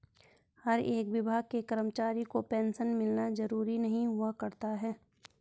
हर एक विभाग के कर्मचारी को पेन्शन मिलना जरूरी नहीं हुआ करता है